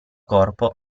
corpo